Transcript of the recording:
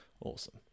Awesome